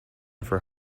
for